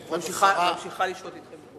אני ממשיכה לשהות אתכם.